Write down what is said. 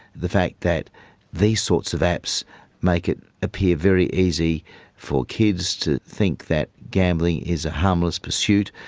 the fact that these sorts of apps make it appear very easy for kids to think that gambling is a harmless pursuit,